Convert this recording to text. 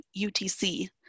UTC